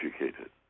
educated